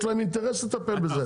יש להם אינטרס לטפל בזה.